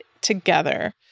together